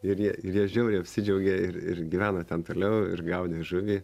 ir jie ir jie žiauriai apsidžiaugė ir ir gyveno ten toliau ir gaudė žuvį